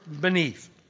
beneath